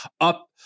up